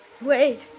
Wait